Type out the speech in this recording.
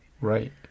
Right